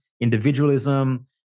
individualism